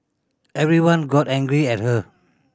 everyone got angry at her